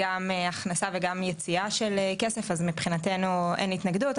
גם הכנסה וגם יציאה של כסף אז מבחינתנו אין התנגדות.